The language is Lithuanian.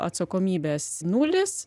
atsakomybės nulis